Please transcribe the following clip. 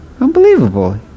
unbelievable